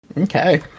Okay